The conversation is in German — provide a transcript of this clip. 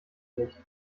nicht